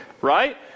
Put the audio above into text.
right